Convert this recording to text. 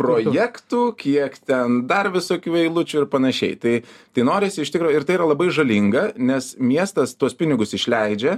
projektų kiek ten dar visokių eilučių ir panašiai tai tai norisi iš tikro ir tai yra labai žalinga nes miestas tuos pinigus išleidžia